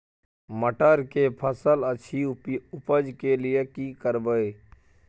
मटर के फसल अछि उपज के लिये की करबै?